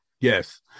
Yes